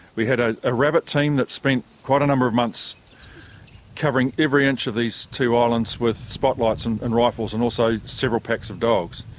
we had ah a rabbit team that spent quite a number of months covering every inch of these two islands with spotlights and and rifles and also several packs of dogs.